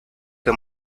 que